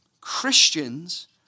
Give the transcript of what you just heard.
Christians